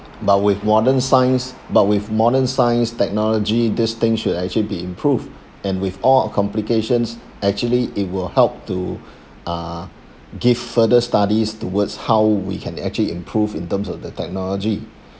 but with modern science but with modern science technology this thing should actually be improved and with all our complications actually it will help to uh give further studies towards how we can actually improve in terms of the technology